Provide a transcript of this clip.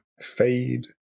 fade